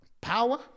power